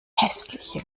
hässliche